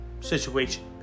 situation